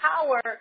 power